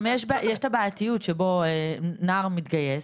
גם יש את הבעייתיות שבו נער מתגייס,